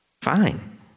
fine